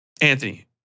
Anthony